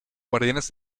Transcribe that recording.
guardianes